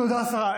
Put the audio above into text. תודה, השרה.